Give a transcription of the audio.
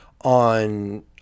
on